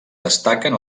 destaquen